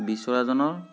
বিচৰাজনৰ